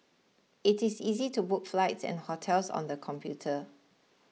it is easy to book flights and hotels on the computer